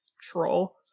troll